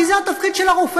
כי זה התפקיד של הרופא,